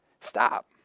Stop